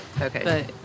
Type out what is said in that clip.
Okay